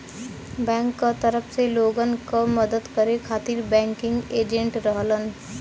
bank क तरफ से लोगन क मदद करे खातिर बैंकिंग एजेंट रहलन